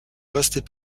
restait